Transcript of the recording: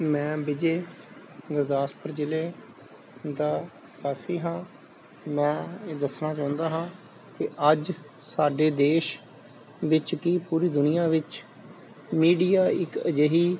ਮੈਂ ਵਿਜੇ ਗੁਰਦਾਸਪੁਰ ਜਿਲੇ ਦਾ ਵਾਸੀ ਹਾਂ ਮੈਂ ਇਹ ਦੱਸਣਾ ਚਾਹੁੰਦਾ ਹਾਂ ਕਿ ਅੱਜ ਸਾਡੇ ਦੇਸ਼ ਵਿੱਚ ਕੀ ਪੂਰੀ ਦੁਨੀਆਂ ਵਿੱਚ ਮੀਡੀਆ ਇੱਕ ਅਜਿਹੀ